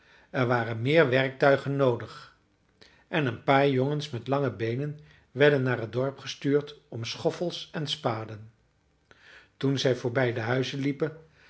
er waren meer werktuigen noodig en een paar jongens met lange beenen werden naar het dorp gestuurd om schoffels en spaden toen zij voorbij de huizen liepen